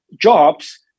jobs